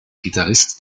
gitarrist